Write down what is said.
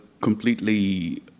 completely